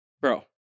bro